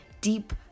deep